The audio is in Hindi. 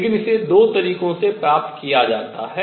लेकिन इसे दो तरीकों से प्राप्त किया जाता है